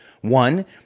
One